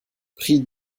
prix